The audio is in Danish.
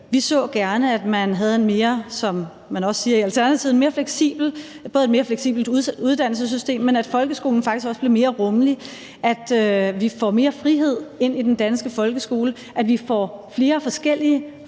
Vi så gerne, at man – som man også siger i Alternativet – både havde et mere fleksibelt uddannelsessystem, at folkeskolen faktisk også blev mere rummelig, at vi får mere frihed ind i den danske folkeskole, at vi får flere forskellige